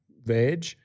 veg